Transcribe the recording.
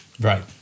Right